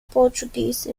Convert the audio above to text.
portuguese